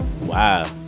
wow